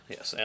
Yes